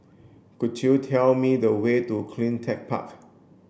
could you tell me the way to CleanTech Park